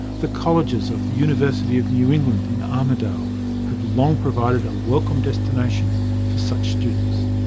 the colleges of the university of new england in armidale have long provided a welcome destination for such students.